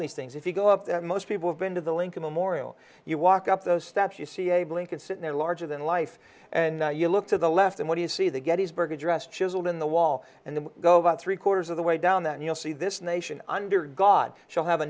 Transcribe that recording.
these things if you go up there most people have been to the lincoln memorial you walk up those steps you see a blink it's in there larger than life and you look to the left and what do you see the gettysburg address chiseled in the wall and then go about three quarters of the way down that you'll see this nation under god shall have a